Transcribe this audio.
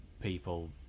people